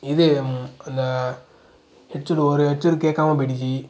இது அந்த ஹெட்செட் ஒரு ஹெட்செட் கேட்காம போய்டுச்சி